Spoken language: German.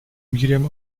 miriam